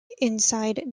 inside